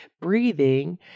breathing